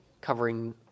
covering